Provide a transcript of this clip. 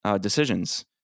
decisions